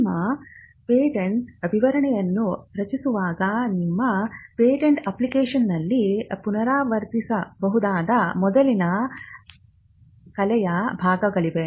ನಿಮ್ಮ ಪೇಟೆಂಟ್ ವಿವರಣೆಯನ್ನು ರಚಿಸುವಾಗ ನಿಮ್ಮ ಪೇಟೆಂಟ್ ಅಪ್ಲಿಕೇಶನ್ನಲ್ಲಿ ಪುನರುತ್ಪಾದಿಸಬಹುದಾದ ಮೊದಲಿನ ಕಲೆಯ ಭಾಗಗಳಿವೆ